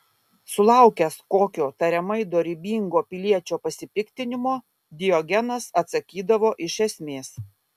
sulaukęs kokio tariamai dorybingo piliečio pasipiktinimo diogenas atsakydavo iš esmės